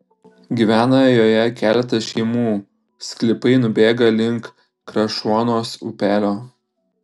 gyvena joje keletas šeimų sklypai nubėga link krašuonos upelio